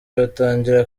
batangira